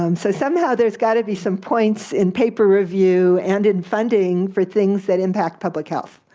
um so somehow there's got to be some points in paper review and in funding for things that impact public health,